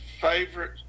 favorite